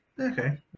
Okay